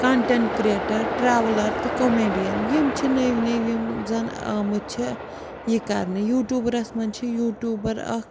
content creator traveller تہٕ comedian یِم چھِ نٔوۍ نٔوۍ یِم زَن آمٕتۍ چھےٚ یہِ کَرنہٕ یوٗٹیوٗبرَس منٛز چھِ یوٗٹیوٗبَر اَکھ